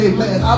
Amen